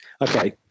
okay